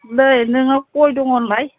नै नोंनाव गय दङ होनलाय